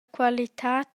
qualitad